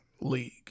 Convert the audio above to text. league